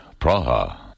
Praha